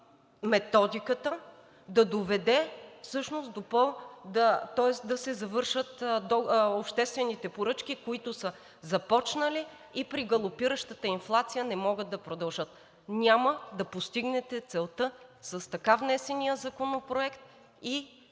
Методиката, да доведе, тоест да се завършат обществените поръчки, които са започнали, и при галопиращата инфлация не могат да продължат. Няма да постигнете целта с така внесения законопроект и